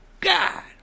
God